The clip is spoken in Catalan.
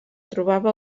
trobava